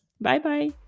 Bye-bye